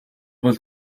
бол